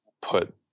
put